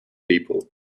people